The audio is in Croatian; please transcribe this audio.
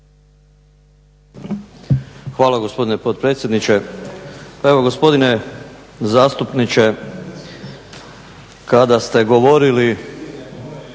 Hvala gospodine potpredsjedniče. Evo gospodine zastupniče, kada ste govorili